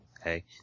Okay